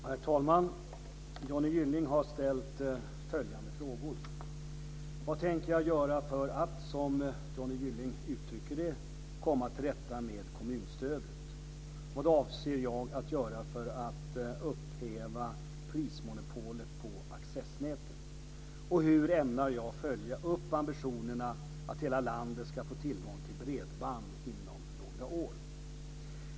Herr talman! Johnny Gylling har ställt följande frågor: Vad tänker jag göra för att, som Johnny Gylling uttrycker det, komma till rätta med kommunstödet?